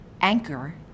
Anchor